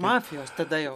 mafijos tada jau